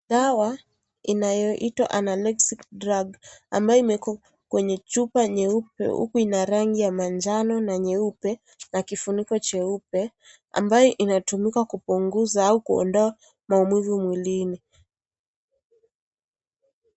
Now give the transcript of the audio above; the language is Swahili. Dawa inayoitwa analexical drug ambayo imeekwa Kwenye chupa nyeupe ina rangi ya manjano na nyeupe inatumika kupunguza maumivu mwilini.